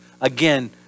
again